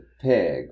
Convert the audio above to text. pig